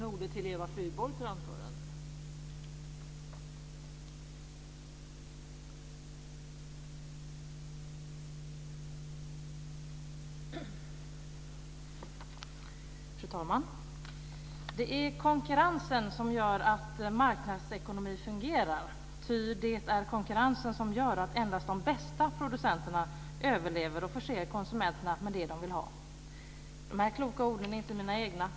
Fru talman! Det är konkurrensen som gör att marknadsekonomi fungerar, ty det är konkurrensen som gör att endast de bästa producenterna överlever och förser konsumenterna med det de vill ha. De här kloka orden är inte mina egna.